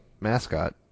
Mascot